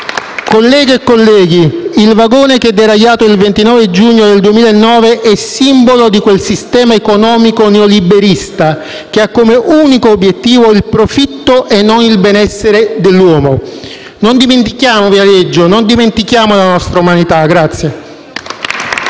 Colleghe e colleghi, il vagone che è deragliato il 29 giugno 2009 è simbolo di quel sistema economico neoliberista che ha come unico obiettivo il profitto e non il benessere dell'uomo. Non dimentichiamo Viareggio, non dimentichiamo la nostra umanità.